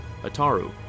Ataru